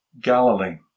Galilee